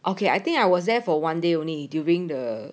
okay I think I was there for one day only during the